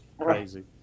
crazy